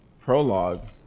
prologue